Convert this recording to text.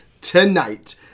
Tonight